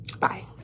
Bye